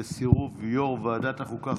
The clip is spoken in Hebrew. וסירוב יו"ר ועדת החוקה,